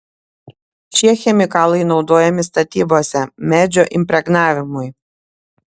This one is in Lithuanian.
šie chemikalai naudojami statybose medžio impregnavimui